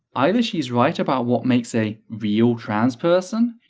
either she's right about what makes a real trans person,